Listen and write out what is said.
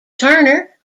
turner